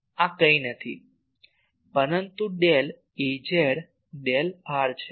આ કંઇ નથી પરંતુ ડેલ Az ડેલ r છે